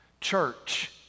Church